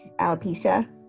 alopecia